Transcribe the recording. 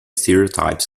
stereotypes